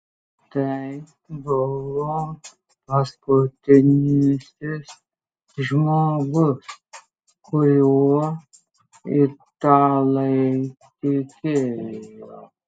tai buvo paskutinysis žmogus kuriuo italai tikėjo